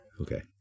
Okay